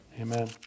amen